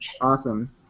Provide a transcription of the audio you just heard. Awesome